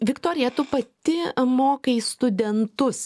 viktorija tu pati mokai studentus